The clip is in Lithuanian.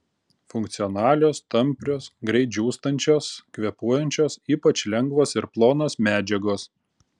funkcionalios tamprios greit džiūstančios kvėpuojančios ypač lengvos ir plonos medžiagos